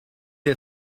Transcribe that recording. est